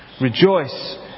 Rejoice